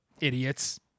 Idiots